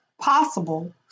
possible